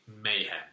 mayhem